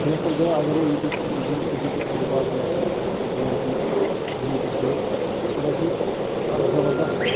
بہتر گٔیاو اَگر ییٚتیُک یُس زن ایٚجُکیشن ڈپارٹمنٹ چھِ جے اینڈ کے یُک جموں کَشمیٖرُک سُہ گَژھِ ہے اَتھ زبردست